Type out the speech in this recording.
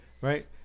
right